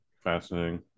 fascinating